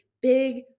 big